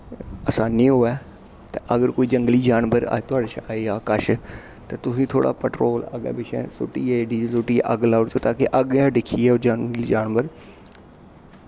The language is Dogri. असानी होऐ ते अगर कोई जंगली जानवर थुआढ़े कश आई जा कश ते तुसें थोह्ड़ा पेट्रोल अग्गें पिच्छें सुट्टियै डीजल सुट्टियै अग्ग लाई ओड़ो ता कि अग्ग दिक्खियै ओह् जंगली जानवर